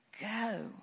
Go